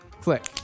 click